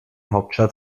hauptstadt